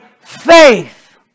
faith